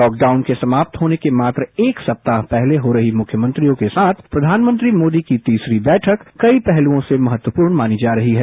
lockdown के समाप्त होने के मात्र एक सप्ताह पहले हो रही मुख्यमंत्रियों के साथ प्रधानमंत्री मोदी की तीसरी बैठक कई पहलुओं से महत्वपूर्ण मानी जा रही है